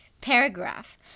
paragraph